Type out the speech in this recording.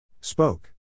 Spoke